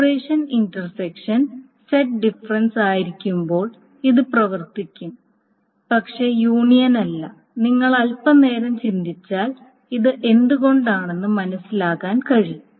operation intersection set difference ആയിരിക്കുമ്പോൾ ഇത് പ്രവർത്തിക്കും പക്ഷേ യൂണിയൻ അല്ല നിങ്ങൾ അൽപനേരം ചിന്തിച്ചാൽ ഇത് എന്തുകൊണ്ടാണെന്ന് മനസ്സിലാക്കാൻ കഴിയും